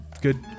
good